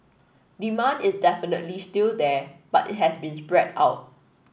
demand is definitely still there but it has been spread out